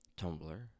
Tumblr